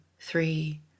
three